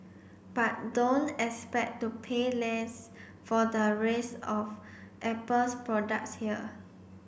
but don't expect to pay less for the rest of Apple's products here